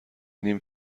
نیم